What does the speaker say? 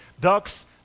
ducks